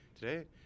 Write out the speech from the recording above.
today